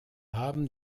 haben